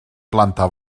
planta